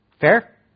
Fair